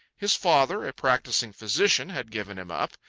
his father, a practising physician, had given him up.